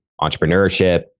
entrepreneurship